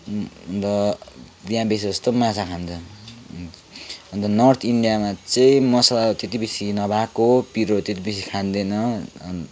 अन्त त्यहाँ बेसीजस्तो माछा खान्छ अन्त नर्थ इन्डियामा चाहिँ मसला त्यति बेसी नभएको पिरो त्यति बेसी खाँदैन अन्त